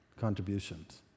contributions